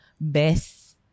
best